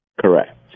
Correct